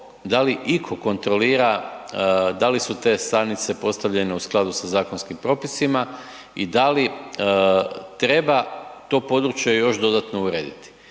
da li itko kontrolira da li su te stanice postavljene u skladu sa zakonskim propisima i da li treba to podruje još dodatno urediti.